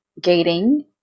gating